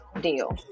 deal